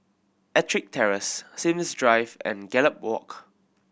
Ettrick Terrace Sims Drive and Gallop Walk